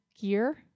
gear